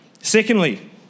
Secondly